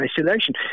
isolation